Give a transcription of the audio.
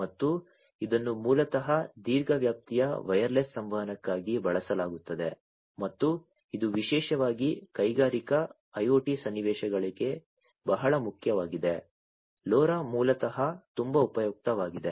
ಮತ್ತು ಇದನ್ನು ಮೂಲತಃ ದೀರ್ಘ ವ್ಯಾಪ್ತಿಯ ವೈರ್ಲೆಸ್ ಸಂವಹನಕ್ಕಾಗಿ ಬಳಸಲಾಗುತ್ತದೆ ಮತ್ತು ಇದು ವಿಶೇಷವಾಗಿ ಕೈಗಾರಿಕಾ IoT ಸನ್ನಿವೇಶಗಳಿಗೆ ಬಹಳ ಮುಖ್ಯವಾಗಿದೆ LoRa ಮೂಲತಃ ತುಂಬಾ ಉಪಯುಕ್ತವಾಗಿದೆ